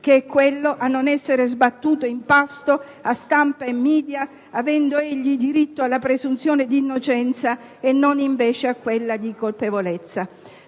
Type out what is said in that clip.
comune, quello a non essere sbattuto in pasto a stampa e *media*, avendo egli diritto alla presunzione di innocenza e non, invece, a quella di colpevolezza.